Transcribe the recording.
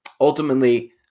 ultimately